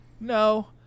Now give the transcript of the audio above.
No